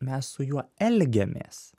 mes su juo elgiamės